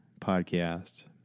podcast